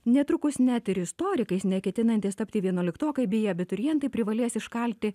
netrukus net ir istorikais neketinantys tapti vienuoliktokai bei abiturientai privalės iškalti